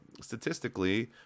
statistically